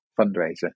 fundraiser